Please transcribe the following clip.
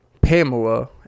Pamela